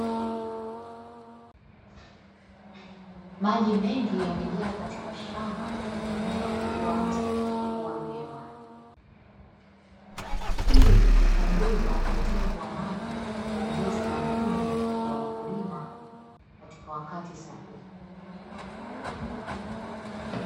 Maji mengi yamejaa katika shamba lenye mimea iliyoanza kuchipua vyema. Hii hupunguza upotevu wa maji na kuongeza mavuno ya wakulima katika wakati sahihi.